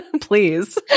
Please